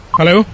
Hello